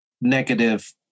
negative